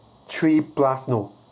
three plus no